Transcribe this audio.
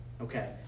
Okay